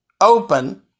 open